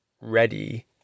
ready